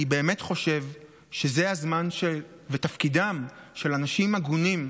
אני באמת חושב שזה הזמן וזה תפקידם של אנשים הגונים,